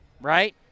right